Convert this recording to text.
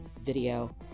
video